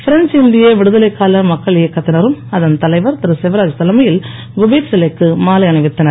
French இந்திய விடுதலைக் கால மக்கன் இயக்கத்தினரும் அதன் தலைவர் திருசிவராஜ் தலைமையில் குபேர் சிலைக்கு மாலை அணிவித்தனர்